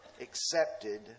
accepted